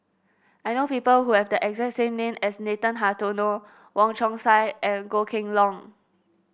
I know people who have the exact same name as Nathan Hartono Wong Chong Sai and Goh Kheng Long